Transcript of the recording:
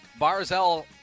Barzell